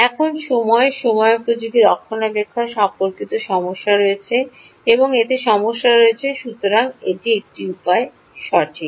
এখন সময় সময়োপযোগী রক্ষণাবেক্ষণ সম্পর্কিত সমস্যা রয়েছে এবং এতে সমস্যা রয়েছে সুতরাং এটি একটি উপায় সঠিক